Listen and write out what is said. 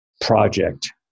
project